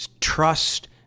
trust